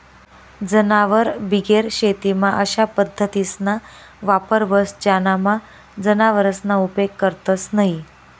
जनावरबिगेर शेतीमा अशा पद्धतीसना वापर व्हस ज्यानामा जनावरसना उपेग करतंस न्हयी